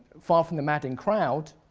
far from the madding crowd